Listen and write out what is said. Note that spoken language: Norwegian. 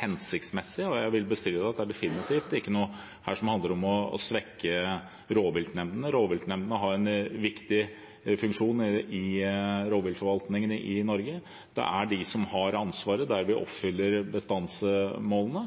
hensiktsmessig, og jeg vil definitivt bestride at det er noe her som handler om å svekke rovviltnemndene. Rovviltnemndene har en viktig funksjon i rovviltforvaltningen i Norge. Det er de som har ansvaret for å oppfylle bestandsmålene,